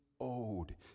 owed